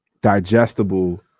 Digestible